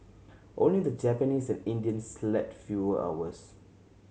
only the Japanese and Indians slept fewer hours